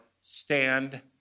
stand